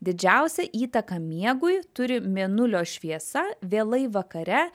didžiausią įtaką miegui turi mėnulio šviesa vėlai vakare